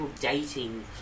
dating